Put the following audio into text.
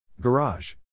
Garage